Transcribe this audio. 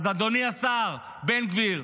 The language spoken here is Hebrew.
אז אדוני השר בן גביר,